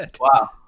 wow